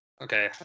Okay